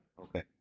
Okay